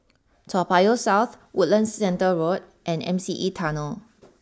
Toa Payoh South Woodlands Centre Road and M C E Tunnel